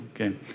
okay